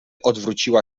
odwróciła